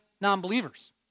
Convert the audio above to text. non-believers